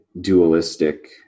dualistic